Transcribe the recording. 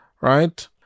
Right